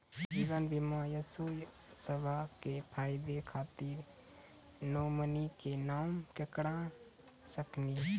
जीवन बीमा इंश्योरेंसबा के फायदा खातिर नोमिनी के नाम केकरा दे सकिनी?